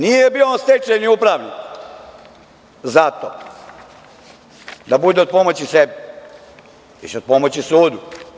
Nije bio on stečajni upravnik, zato da bude od pomoći sebi, već od pomoći sudu.